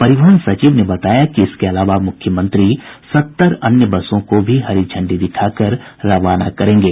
परिवहन सचिव ने बताया कि इसके अलावा मुख्यमंत्री सत्तर अन्य बसों को हरी झंडी दिखाकर रवाना करेंगे